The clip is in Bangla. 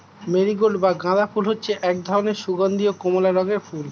মেরিগোল্ড বা গাঁদা ফুল হচ্ছে এক ধরনের সুগন্ধীয় কমলা রঙের ফুল